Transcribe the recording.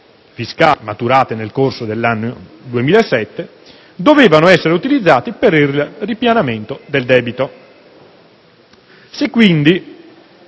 fiscali maturate nel corso del 2007, dovevano essere utilizzati per il ripianamento del debito.